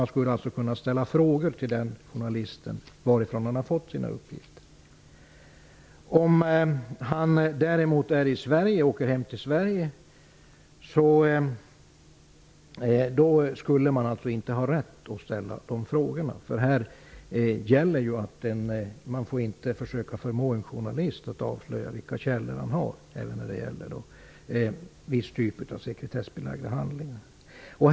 Man skulle kunna fråga journalisten varifrån han har fått sina uppgifter. Om han däremot åker hem till Sverige skulle man inte ha rätt att ställa de frågorna. Här i Sverige gäller att man inte får försöka förmå en journalist att avslöja vilka källor han har, även när det gäller viss typ av sekretessbelagda handlingar.